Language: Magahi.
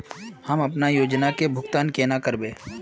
हम अपना योजना के भुगतान केना करबे?